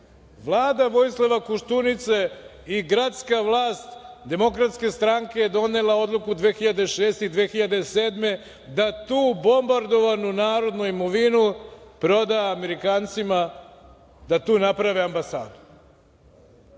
Vlada Vojislava Koštunice i gradska vlast Demokratske stranke je donela odluku 2006. i 2007. godine da tu bombardovanu narodnu imovinu proda Amerikancima da tu naprave ambasadu,